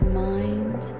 mind